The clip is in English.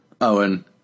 Owen